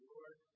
Lord